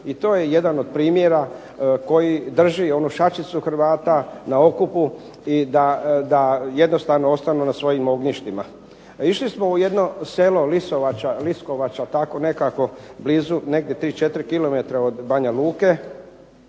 I to je jedan od primjera koji drži onu šačicu HRvata na okupu i da jednostavno ostanu na svojim ognjištima. Išli smo u jedno selo Liskovača tako nekako blizu negdje 3, 4 km od Banja Luke,